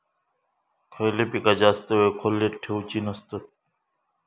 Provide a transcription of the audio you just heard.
खयली पीका जास्त वेळ खोल्येत ठेवूचे नसतत?